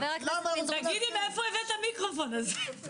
תגידי מאיפה הבאת את המיקרופון הזה?